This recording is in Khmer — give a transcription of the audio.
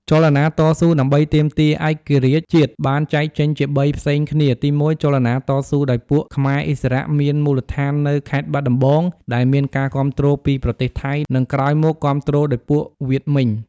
ចលនាតស៊ូដើម្បីទាមទារឯករាជ្យជាតិ បានចែកចេញជា ៣ផ្សេងគ្នា ទី១ ចលនាតស៊ូដោយពួក ខ្មែរឥស្សរៈមានមូលដ្ឋាននៅ ខេត្តបាត់ដំបង ដែលមានការគាំទ្រពី ប្រទេសថៃ និង ក្រោយមកគាំទ្រ ដោយពួកវៀតមិញ ។